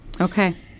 Okay